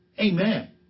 Amen